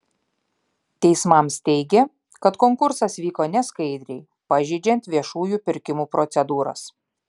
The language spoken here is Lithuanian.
teismams teigė kad konkursas vyko neskaidriai pažeidžiant viešųjų pirkimų procedūras